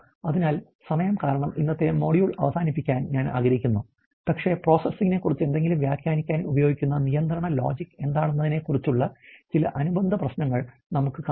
അതിനാൽ സമയം കാരണം ഇന്നത്തെ മൊഡ്യൂൾ അവസാനിപ്പിക്കാൻ ഞാൻ ആഗ്രഹിക്കുന്നു പക്ഷേ പ്രോസസ്സിനെക്കുറിച്ച് എന്തെങ്കിലും വ്യാഖ്യാനിക്കാൻ ഉപയോഗിക്കുന്ന നിയന്ത്രണ ലോജിക് എന്താണെന്നതിനെക്കുറിച്ചുള്ള ചില അനുബന്ധ പ്രശ്നങ്ങൾ നമുക്ക് കാണാം